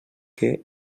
que